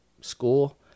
school